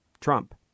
Trump